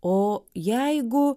o jeigu